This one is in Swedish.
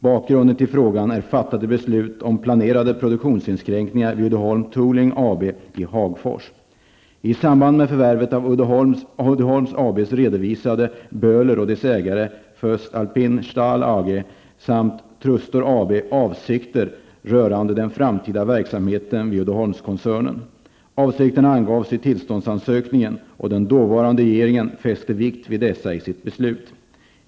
Bakgrunden till frågan är fattade beslut om planerade produktionsinskränkningar vid Avsikterna angavs i tillståndsansökningen, och den dåvarande regeringen fäste vikt vid dessa i sitt beslut.